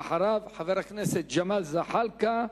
אחריו, חבר הכנסת ג'מאל זחאלקה,